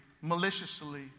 maliciously